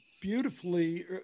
beautifully